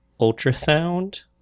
ultrasound